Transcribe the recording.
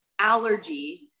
allergy